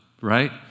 right